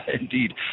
Indeed